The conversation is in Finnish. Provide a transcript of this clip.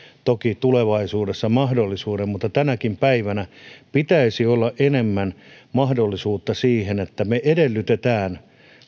toki tulevaisuudessa mahdollisuuden mutta tänäkin päivänä pitäisi olla enemmän mahdollisuutta siihen että me edellytämme